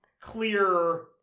clear